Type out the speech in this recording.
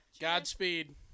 Godspeed